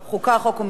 חוק ומשפט,